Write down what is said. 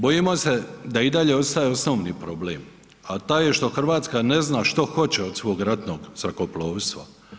Bojimo se da i dalje ostaje osnovni problem a taj je što Hrvatska ne zna što hoće od svog ratnog zrakoplovstva.